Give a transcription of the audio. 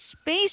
Space